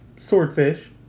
Swordfish